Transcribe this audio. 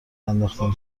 انداختن